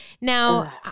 Now